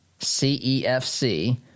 CEFC